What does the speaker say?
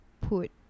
put